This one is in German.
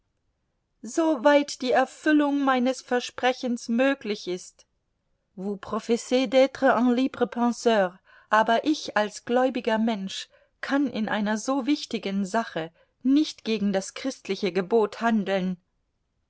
soweit die erfüllung meines versprechens möglich ist vous professez d'tre un libre penseur aber ich als gläubiger mensch kann in einer so wichtigen sache nicht gegen das christliche gebot handeln